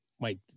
Mike